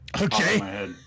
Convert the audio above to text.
okay